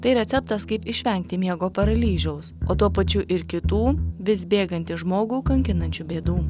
tai receptas kaip išvengti miego paralyžiaus o tuo pačiu ir kitų vis bėgantį žmogų kankinančių bėdų